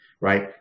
right